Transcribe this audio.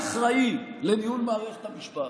לניהול מערכת המשפט,